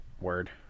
word